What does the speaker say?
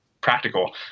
practical